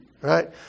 Right